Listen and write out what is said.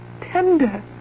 tender